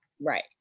Right